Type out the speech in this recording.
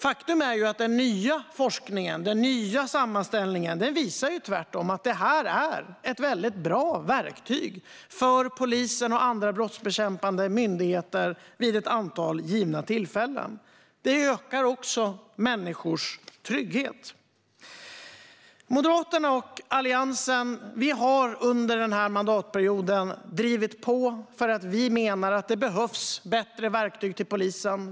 Faktum är att den nya forskningen, den nya sammanställningen, tvärtom visar att kameraövervakning är ett väldigt bra verktyg för polisen och andra brottsbekämpande myndigheter vid ett antal givna tillfällen. Det ökar också människors trygghet. Moderaterna och Alliansen har under denna mandatperiod drivit på eftersom vi menar att det behövs bättre verktyg till polisen.